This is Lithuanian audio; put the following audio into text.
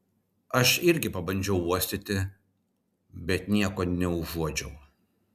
aš irgi pabandžiau uostyti bet nieko neužuodžiau